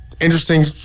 interesting